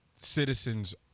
Citizens